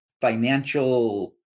financial